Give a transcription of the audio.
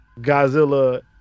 Godzilla